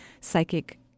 psychic